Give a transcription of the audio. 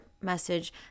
message